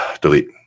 delete